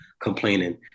complaining